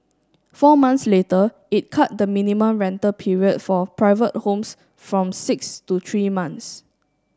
four months later it cut the minimum rental period for private homes from six to three months